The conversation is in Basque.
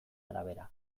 arabera